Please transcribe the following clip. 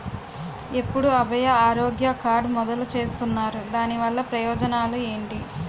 ఎప్పుడు అభయ ఆరోగ్య కార్డ్ మొదలు చేస్తున్నారు? దాని వల్ల ప్రయోజనాలు ఎంటి?